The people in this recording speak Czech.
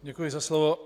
Děkuji za slovo.